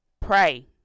pray